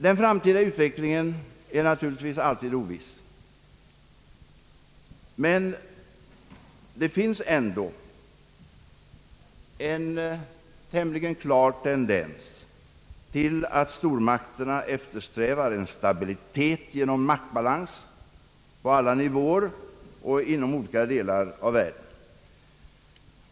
Den framtida utvecklingen är naturligtvis alltid oviss, men det finns ändå en tämligen klar tendens till att statsmakterna eftersträvar stabilitet genom maktbalans på alla nivåer och inom olika delar av världen.